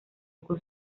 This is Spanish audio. con